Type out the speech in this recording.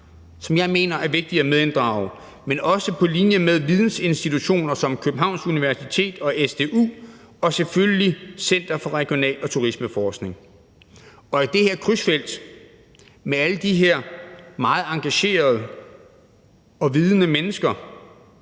som jeg mener er vigtige at medinddrage, men også vidensinstitutioner som Københavns Universitet og SDU og selvfølgelig Center for Regional- og Turismeforskning. Og i det her krydsfelt mellem alle de her meget engagerede og vidende mennesker